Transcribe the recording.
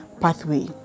Pathway